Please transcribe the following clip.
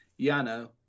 Yano